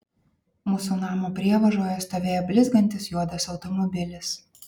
mūsų namo prievažoje stovėjo blizgantis juodas automobilis